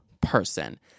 person